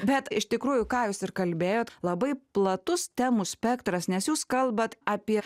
bet iš tikrųjų ką jūs kalbėjot labai platus temų spektras nes jūs kalbat apie